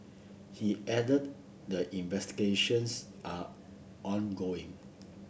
he added that investigations are ongoing